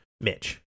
Mitch